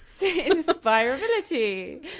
Inspirability